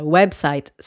website